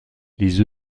les